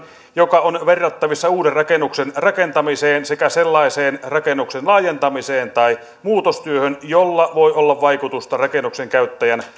joka on verrattavissa uuden rakennuksen rakentamiseen sekä sellaiseen rakennuksen laajentamiseen tai muutostyöhön jolla voi olla vaikutusta rakennuksen käyttäjän